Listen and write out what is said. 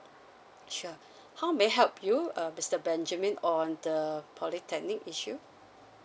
sure how may I help you uh mister benjamin on the polytechnic issue